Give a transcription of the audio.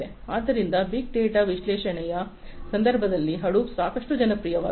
ಆದ್ದರಿಂದ big data ವಿಶ್ಲೇಷಣೆಯ ಸಂದರ್ಭದಲ್ಲಿ ಹಡೂಪ್ ಸಾಕಷ್ಟು ಜನಪ್ರಿಯವಾಗಿದೆ